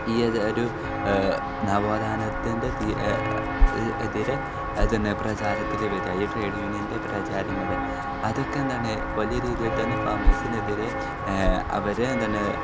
ഈ ഒരു നവോദ്ധാനത്തിൻ്റെ തീ എതിരെ അതു തന്നെ പ്രചാരത്തിൽ വരുക ഈ ട്രേഡ് യൂണിയൻ്റെ പ്രചാരങ്ങൾ അതൊക്കെ എന്താണ് വലിയ രീതിയിൽ തന്നെ ഫാമേഴ്സിനെതിരെ അവരെ എന്താണ്